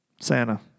Santa